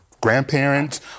grandparents